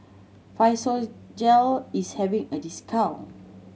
Physiogel is having a discount